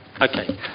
Okay